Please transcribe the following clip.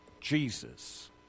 Jesus